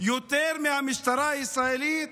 יותר מלמשטרה הישראלית?